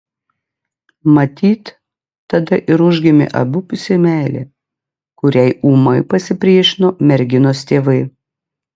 matyt tada ir užgimė abipusė meilė kuriai ūmai pasipriešino merginos tėvai